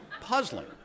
puzzling